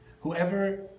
Whoever